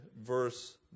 verse